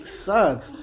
sad